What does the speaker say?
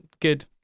good